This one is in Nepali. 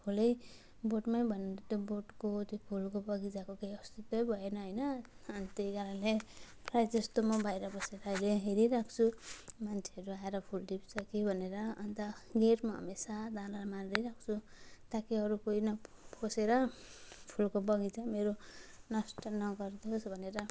फुलै बोटमै भनेर त्यो बोटको त्यो फुलको बगैँचाको केही अस्तित्वै भएन होइन अनि त्यही कारणले प्रायःजस्तो म बाहिर बसेर चाहिँ हेरिरहन्छु मान्छेहरू आएर फुल टिप्छ कि भनेर अन्त गेटमा हमेसा ताला मारेरै राख्छु ताकि अरू कोही नपसेर फुलको बगैँचा मेरो नष्ट नगरिदियोस् भनेर